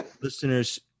listeners